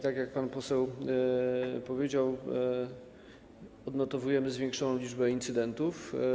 Tak jak pan poseł powiedział, odnotowujemy zwiększoną liczbę incydentów.